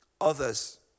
others